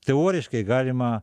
teoriškai galima